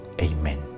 Amen